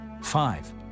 five